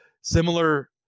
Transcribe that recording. similar